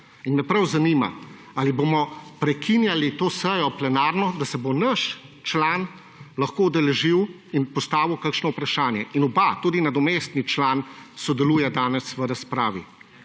In me prav zanima, ali bomo prekinjali to plenarno sejo, da se bo naš član lahko udeležil in postavil kakšno vprašanje. In oba, tudi nadomestni član sodeluje danes v razpravi